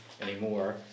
anymore